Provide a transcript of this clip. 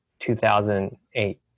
2008